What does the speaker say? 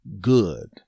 good